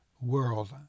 world